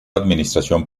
administración